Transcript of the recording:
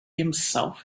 himself